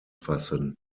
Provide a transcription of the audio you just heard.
fassen